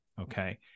Okay